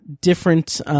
different